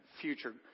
future